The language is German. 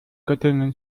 göttingen